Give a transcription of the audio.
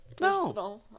No